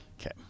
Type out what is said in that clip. Okay